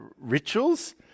rituals